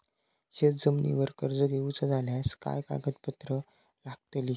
शेत जमिनीवर कर्ज घेऊचा झाल्यास काय कागदपत्र लागतली?